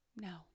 no